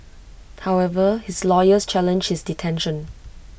however his lawyers challenged his detention